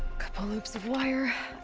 couple loops of wire.